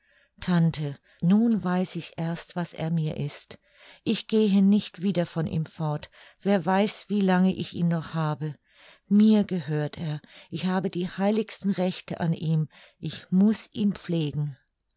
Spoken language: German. tante nun weiß ich erst was er mir ist ich gehe nicht wieder von ihm fort wer weiß wie lange ich ihn noch habe mir gehört er ich habe die heiligsten rechte an ihm ich muß ihn pflegen